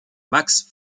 max